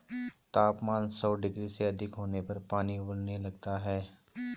तापमान सौ डिग्री से अधिक होने पर पानी उबलने लगता है